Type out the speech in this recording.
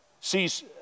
sees